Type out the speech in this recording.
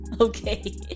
Okay